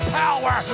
power